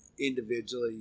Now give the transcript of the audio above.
individually